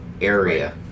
area